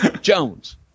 Jones